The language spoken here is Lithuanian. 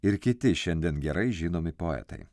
ir kiti šiandien gerai žinomi poetai